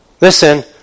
listen